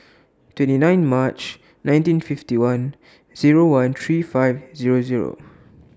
twenty nine March nineteen fifty one Zero one thirty five Zero Zero